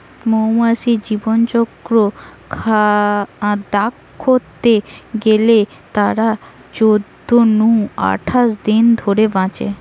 মৌমাছির জীবনচক্র দ্যাখতে গেলে তারা চোদ্দ নু আঠাশ দিন ধরে বাঁচে